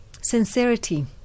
sincerity